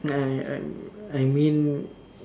ya I mean